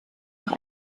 auch